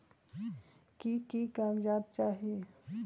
की की कागज़ात चाही?